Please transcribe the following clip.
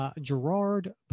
Gerard